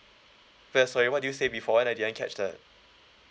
yeah sorry what did you say before I didn't catch that